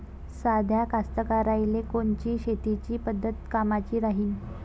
साध्या कास्तकाराइले कोनची शेतीची पद्धत कामाची राहीन?